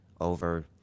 over